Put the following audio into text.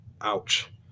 ouch